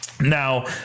Now